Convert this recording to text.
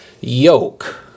yoke